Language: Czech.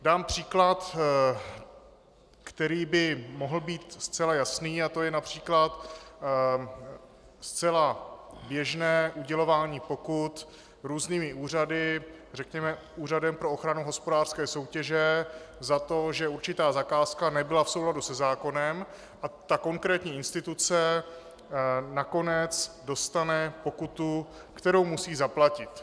Dám příklad, který by mohl být zcela jasný, a to je např. zcela běžné udělování pokut různými úřady, řekněme Úřadem pro ochranu hospodářské soutěže, za to, že určitá zakázka nebyla v souladu se zákonem, a ta konkrétní instituce nakonec dostane pokutu, kterou musí zaplatit.